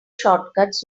shortcuts